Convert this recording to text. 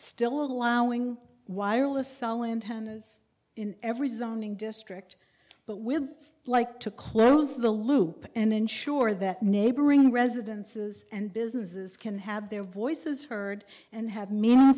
still allowing wireless cell in tennis in every zoning district but will like to close the loop and ensure that neighboring residences and businesses can have their voices heard and ha